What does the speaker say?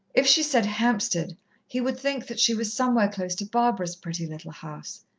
if she said hampstead he would think that she was somewhere close to barbara's pretty little house.